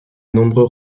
nombreux